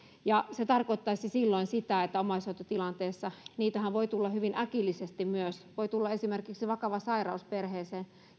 se tarkoittaisi silloin sitä että omaishoitotilanteessa niitähän voi tulla hyvin äkillisesti myös voi tulla esimerkiksi vakava sairaus perheeseen